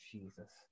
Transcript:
Jesus